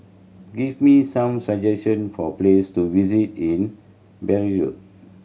give me some suggestion for place to visit in Beirut